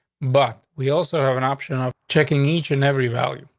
but we also have an option of checking each and every value.